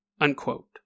Unquote